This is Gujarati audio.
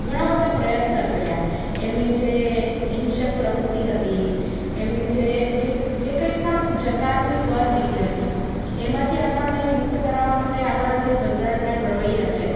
ઘણાં બધાં પ્રયત્ન કર્યા એમની જે હિંસક પ્રવૃત્તિ હતી એમની જે જે જે પણ જકાતની કર નીતિ હતી એમાંથી આપણને મુક્ત કરાવા માટે આપણા જે બંધારણના જે ઘડવૈયા છે